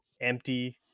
empty